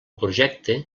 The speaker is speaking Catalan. projecte